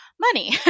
money